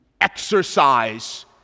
exercise